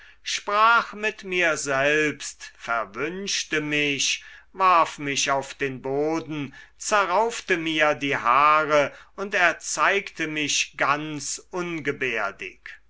sprach mit mir selbst verwünschte mich warf mich auf den boden zerraufte mir die haare und erzeigte mich ganz ungebärdig